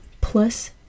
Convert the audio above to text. Plus